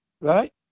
right